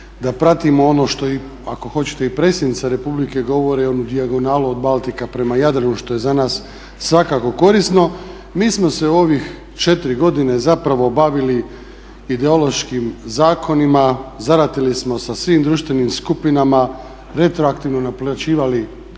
da pratimo ono što, ako hoćete i predsjednica republike govore onu dijagonalu od Baltika prema Jadranu što je za nas svakako korisno. Mi smo se u ovih 4 godine zapravo bavili ideološkim zakonima, zaratili smo sa svim društvenim skupinama, retroaktivno naplaćivali